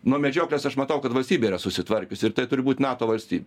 nuo medžioklės aš matau kad valstybė yra susitvarkiusi ir tai turi būt nato valstybė